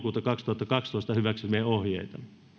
kaksituhattakaksitoista hyväksymiä ohjeita